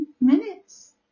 minutes